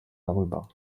darüber